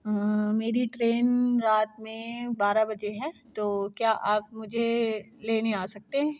मेरी ट्रेन रात में बारह बजे है तो क्या आप मुझे लेने आ सकते हैं